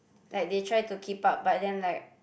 like they try to keep up but then like